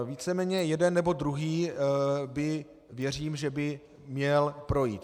Víceméně jeden, nebo druhý, věřím, že by měl projít.